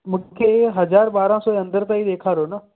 मूंखे हज़ार ॿारहं सौ जे अंदरि ताईं ॾेखारियो न